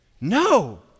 No